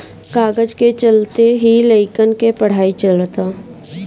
कागज के चलते ही लइकन के पढ़ाई चलअता